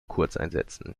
kurzeinsätzen